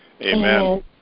Amen